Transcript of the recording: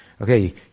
Okay